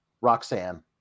Roxanne